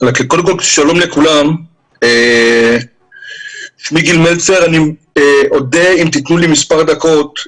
שלום לכולם, אני אודה אם תתנו לי מספר דקות.